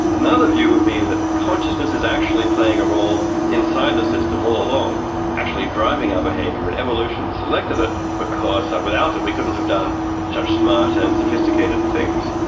another view would be that consciousness is actually playing a role inside the system all along actually driving our behaviour, and evolution selected it because without it we couldn't have done such smart and sophisticated things.